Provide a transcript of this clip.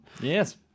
yes